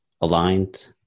aligned